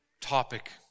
topic